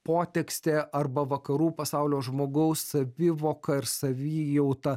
potekstė arba vakarų pasaulio žmogaus savivoka ir savijauta